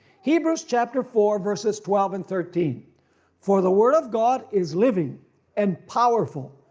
hebrews chapter four verses twelve and thirteen for the word of god is living and powerful,